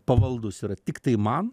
pavaldūs yra tiktai man